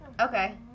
Okay